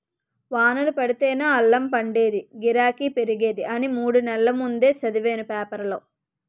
వానలు పడితేనే అల్లం పండేదీ, గిరాకీ పెరిగేది అని మూడు నెల్ల ముందే సదివేను పేపరులో